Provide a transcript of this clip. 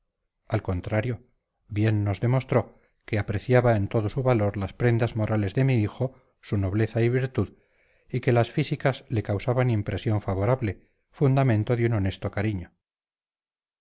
al contrario bien nos demostró que apreciaba en todo su valor las prendas morales de mi hijo su nobleza y virtud y que las físicas le causaban impresión favorable fundamento de un honesto cariño